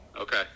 okay